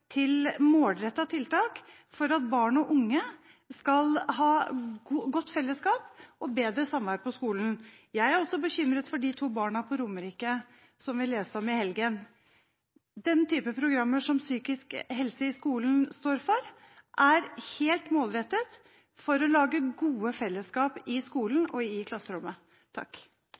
til målrettede tiltak for at barn og unge skal ha gode fellesskap og bedre samvær på skolen. Jeg er også bekymret for de to barna på Romerike, som vi leste om i helgen. Den typen programmer som «Psykisk helse i skolen» står for, er helt målrettet for å lage gode fellesskap i skolen og i klasserommet.